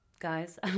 Guys